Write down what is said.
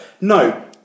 No